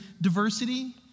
diversity